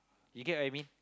you get what I mean